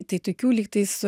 tai tokių lyg tais